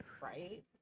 Right